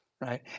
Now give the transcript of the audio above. Right